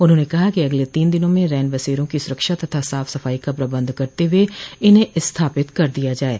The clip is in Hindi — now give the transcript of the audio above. उन्होंने कहा है कि अगले तीन दिनों में रैन बसेरों की सुरक्षा तथा साफ सफाई का प्रबंध करते हुए इन्हें स्थापित कर दिया जाये